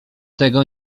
tego